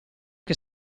che